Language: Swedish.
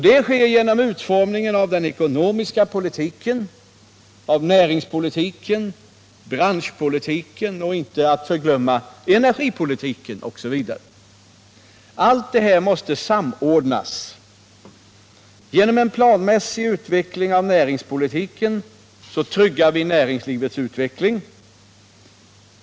Det sker genom utformningen av den ekonomiska politiken, näringspolitiken, branschpolitiken och — inte att förglömma — energipolitiken. Allt detta måste samordnas. Genom en planmässig utveckling av näringspolitiken tryggas näringslivets utveckling.